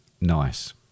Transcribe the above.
Nice